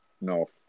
No